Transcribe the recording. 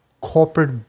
corporate